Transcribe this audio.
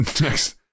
Next